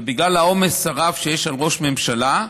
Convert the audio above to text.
בגלל העומס הרב שיש על ראש הממשלה,